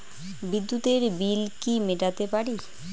বিদ্যুতের বিল কি মেটাতে পারি?